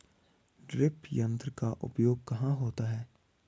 Drip तंत्र का उपयोग कहाँ होता है?